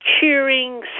cheering